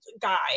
guy